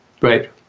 Right